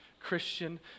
Christian